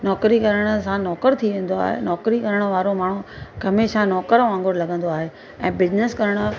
नौकिरी करण सां नौकरु थी वेंदो आहे नौकिरी करणु वारो माण्हू हमेशा नौकर वांगुरु लॻंदो आहे ऐं बिजनेस करणु